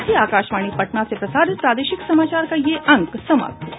इसके साथ ही आकाशवाणी पटना से प्रसारित प्रादेशिक समाचार का ये अंक समाप्त हुआ